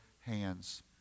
hands